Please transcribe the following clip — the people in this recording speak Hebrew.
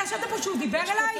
אתה ישבת פה כשהוא דיבר אליי?